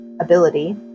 ability